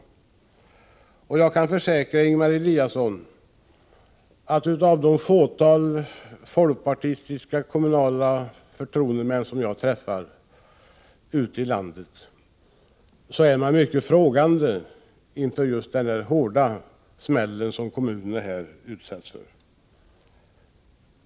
Jag kan försäkra Ingemar Eliasson att det fåtal folkpartistiska förtroende miska frågor män som jag har träffat ute i landet ställer sig mycket frågande till den hårda smäll som kommunerna här utsätts för.